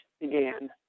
began